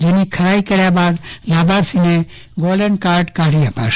જેની ખરાઈ કર્યા બાદ લાભાર્થીને ગોલ્ડન કાર્ડ કાઢી આપવામાં આવશે